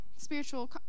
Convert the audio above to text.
spiritual